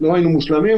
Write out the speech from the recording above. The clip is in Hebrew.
לא היינו מושלמים,